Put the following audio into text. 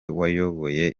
wayoboye